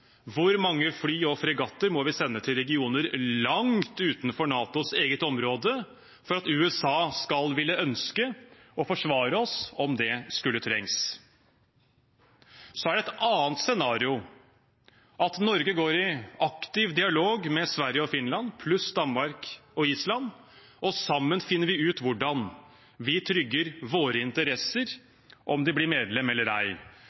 Hvor mange fly og fregatter må vi sende til regioner langt utenfor NATOs eget område for at USA skal ville ønske å forsvare oss om det skulle trenges? Et annet scenario er at Norge går i aktiv dialog med Sverige og Finland, pluss Danmark og Island, og sammen finner ut hvordan vi trygger våre interesser – om de blir medlem eller ei